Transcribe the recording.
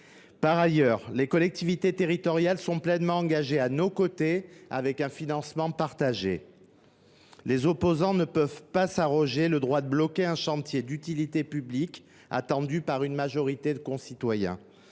Par ailleurs, les collectivités territoriales sont pleinement engagées au côté de l’État, le financement étant partagé. Les opposants ne peuvent pas s’arroger le droit de bloquer un chantier d’utilité publique, attendu par la majorité de nos concitoyens.